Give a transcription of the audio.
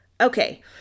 Okay